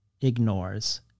ignores